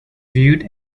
viewed